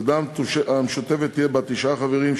הוועדה המשותפת תהיה בת תשעה חברים,